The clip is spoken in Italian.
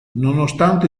nonostante